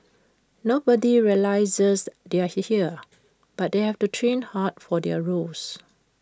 nobody realises they're here here but they have to train hard for their roles